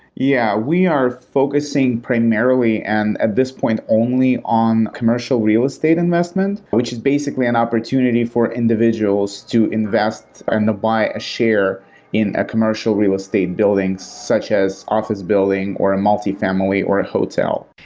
yeah, we are focusing primarily and at this point only on commercial real estate investment, which is basically an opportunity for individuals to invest and buy a share in a commercial real estate building, such as office building or a multifamily, or a hotel.